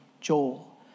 Joel